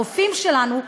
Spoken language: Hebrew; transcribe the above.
הרופאים שלנו,